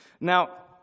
Now